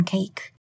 Cake